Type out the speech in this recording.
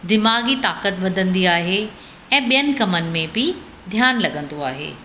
दिमाग़ी ताक़त वधंदी आहे ऐं ॿियनि कमनि में बि ध्यानु लॻंदो आहे